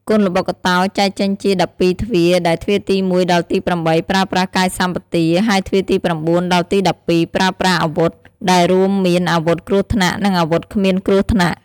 គុនល្បុក្កតោ ចែកចេញជា ១២ទ្វារ ដែល ទ្វារទី១ ដល់ទី៨ ប្រើប្រាស់ កាយសម្បទា ហើយទ្វារទី៩ ដល់ទី១២ ប្រើប្រាស់ អាវុធ ដែលរួមមានអាវុធគ្រោះថ្នាក់ និងអាវុធគ្មានគ្រោះថ្នាក់ ។